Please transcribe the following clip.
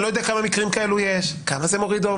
אני לא יודע כמה מקרים כאלה יש וכמה עומס זה מוריד.